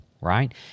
right